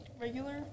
regular